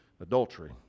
adultery